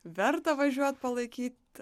verta važiuot palaikyt